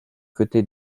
côté